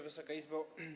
Wysoka Izbo!